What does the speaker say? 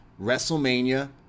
WrestleMania